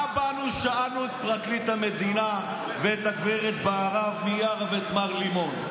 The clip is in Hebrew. מה באנו ושאלנו את פרקליט המדינה ואת הגב' בהרב מיארה ואת מר לימון?